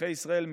אזרחי ישראל,